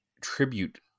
tribute